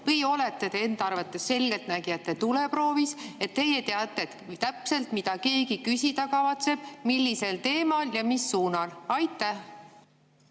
ja olete te enda arvates "Selgeltnägijate tuleproovis", et teate täpselt, mida keegi küsida kavatseb, millisel teemal ja mis suunal? Aitäh,